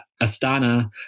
Astana